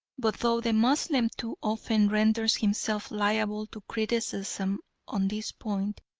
but though the moslem too often renders himself liable to criticism on this point,